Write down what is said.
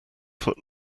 foot